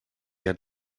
had